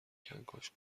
کنکاش